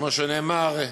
כמו שנאמר,